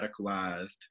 radicalized